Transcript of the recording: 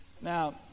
Now